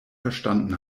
verstanden